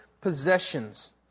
possessions